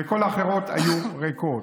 וכל האחרות היו ריקות.